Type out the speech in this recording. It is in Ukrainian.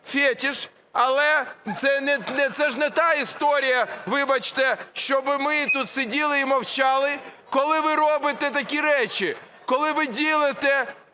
фетиш, але це ж не та історія, вибачте, щоб ми тут сиділи і мовчали, коли ви робите такі речі, коли ви ділите